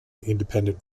independent